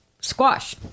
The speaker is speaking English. squash